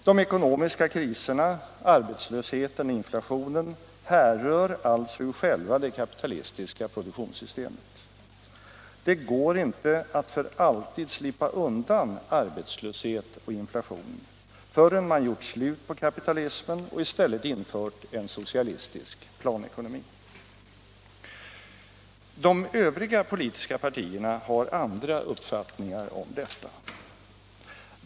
De ekonomiska kriserna, arbetslösheten och inflationen härrör alltså ur själva det kapitalistiska produktionssystemet. Det går inte att för alltid slippa undan arbetslöshet och inflation förrän man gjort slut på kapitalismen och i stället infört en socialistisk planekonomi. De övriga politiska partierna har andra uppfattningar om detta.